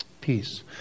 Peace